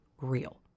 real